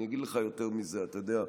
אני אגיד לך יותר מזה, אתה יודע,